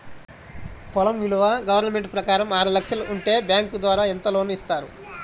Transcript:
పొలం విలువ గవర్నమెంట్ ప్రకారం ఆరు లక్షలు ఉంటే బ్యాంకు ద్వారా ఎంత లోన్ ఇస్తారు?